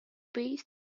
based